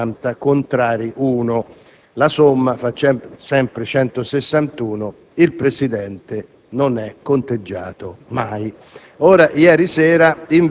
favorevoli 160; contrari 1. La somma è sempre 161. Il Presidente non è conteggiato mai.